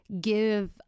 give